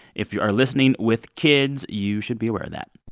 if you are listening with kids, you should be aware of that